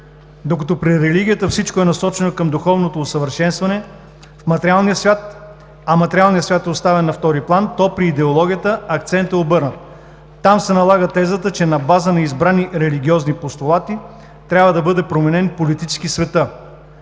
Докато при религията всичко е насочено към духовното усъвършенстване в материалния свят, а материалният свят е оставен на втори план, то при идеологията акцентът е обърнат. Там се налага тезата, че на база на избрани религиозни постулати трябва светът да бъде променен политически.